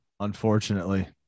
unfortunately